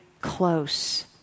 close